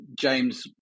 James